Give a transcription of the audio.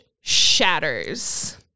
shatters